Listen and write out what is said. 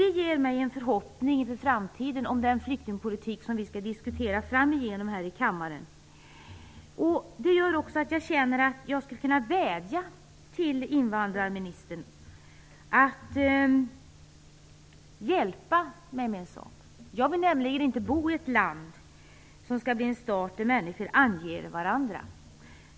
Det ger mig en förhoppning inför framtiden om den flyktingpolitik som vi skall diskutera framöver här i kammaren. Det gör också att jag känner att jag skulle kunna vädja till invandrarministern att hjälpa mig med en sak. Jag vill nämligen inte bo i ett land som skall bli en stat där människor anger varandra.